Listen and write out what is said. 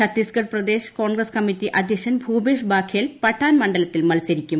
Chhattisgarh Pradesh Congress committee അധ്യക്ഷൻ ഭൂപേഷ് ബാഖേൽ പട്ടാൻ മണ്ഢല്പത്തിൽ മത്സരിക്കും